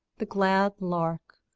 the glad lark,